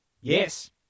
Yes